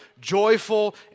joyful